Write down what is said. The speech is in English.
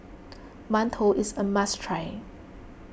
Mantou is a must try